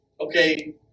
okay